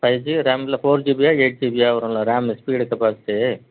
five GB RAM இல்லை four ஜிபியா eight ஜிபியா வரும்ல ரேம்மு ஸ்பீடு கெப்பாசிட்டி